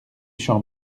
champ